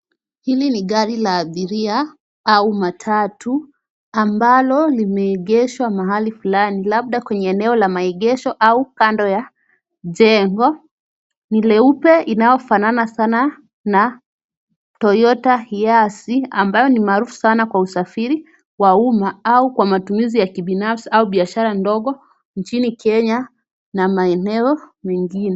Hili ni gari la abiria au matatu, ambalo limeegeshwa mahali fulani labda kwenye eneo la maegesho au kando ya jengo, ni leupe linalofanana sana na Toyota Hiace ambayo ni marufu sana kwa usafiri wa umma, au kwa matumizi ya kibinafsi, au biashara ndogo nchini Kenya na maeneo mengine.